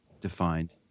defined